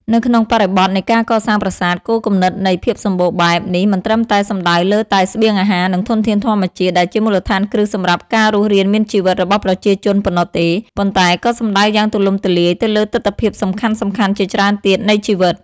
នៅក្នុងបរិបទនៃការកសាងប្រាសាទ គោលគំនិតនៃ ភាពសម្បូរបែប នេះមិនត្រឹមតែសំដៅលើតែ ស្បៀងអាហារ និងធនធានធម្មជាតិ ដែលជាមូលដ្ឋានគ្រឹះសម្រាប់ការរស់រានមានជីវិតរបស់ប្រជាជនប៉ុណ្ណោះទេ ប៉ុន្តែក៏សំដៅយ៉ាងទូលំទូលាយទៅលើទិដ្ឋភាពសំខាន់ៗជាច្រើនទៀតនៃជីវិត។